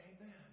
Amen